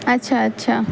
اچھا اچھا